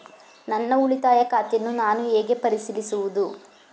ನನ್ನ ಉಳಿತಾಯ ಖಾತೆಯನ್ನು ನಾನು ಹೇಗೆ ಪರಿಶೀಲಿಸುವುದು?